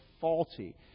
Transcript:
faulty